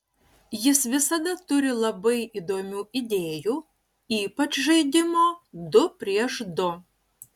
jis visada turi labai įdomių idėjų ypač žaidimo du prieš du